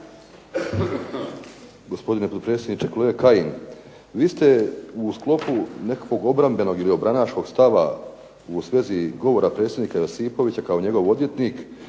Gospodine potpredsjedniče. Kolega Kajin, vi ste u sklopu nekakvog obrambenog ili obranaškog stava u svezi govora predsjednika Josipovića kao njegov odvjetnik